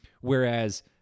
Whereas